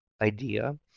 idea